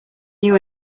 new